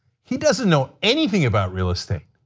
he doesn't know anything about real estate.